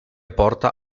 porta